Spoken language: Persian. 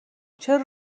چرا